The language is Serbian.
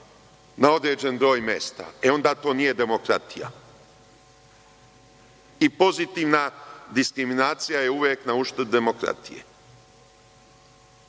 na određen broj mesta? E, onda to nije demokratija. Pozitivna diskriminacija je uvek na uštrb demokratije.